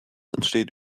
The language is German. entsteht